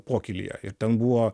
pokylyje ir ten buvo